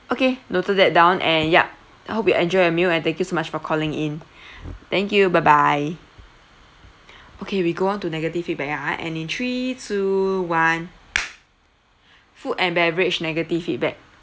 okay noted that down and ya I hope you enjoy your meal and thank you so much for calling in thank you bye bye okay we go on to negative feedback ah and in three two one food and beverage negative feedback